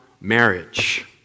marriage